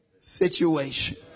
situation